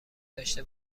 داشته